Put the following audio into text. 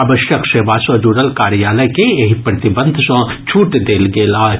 आवश्यक सेवा सँ जुड़ल कार्यालय के एहि प्रतिबंध सँ छूट देल गेल अछि